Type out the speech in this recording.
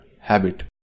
habit